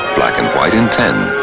black and white in ten,